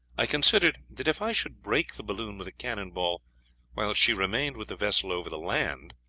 i considered, that if i should break the balloon with a cannon-ball while she remained with the vessel over the land,